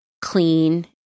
clean